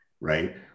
right